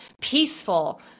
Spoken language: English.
peaceful